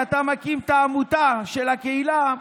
כשאתה מקים את העמותה של הקהילה,